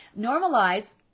normalize